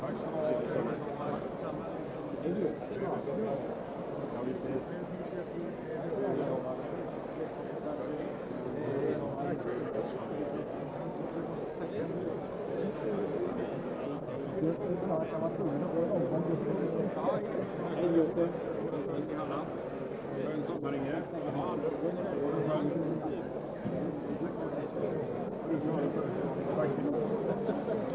I det jag framför till ålderspresidenten ett tack för hans vänliga ord, förklarar jag 1983/84 års riksmöte avslutat. 4§ Kammaren åtskildes kl. 17.23.